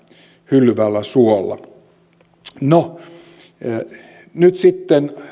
hyllyvällä suolla nyt sitten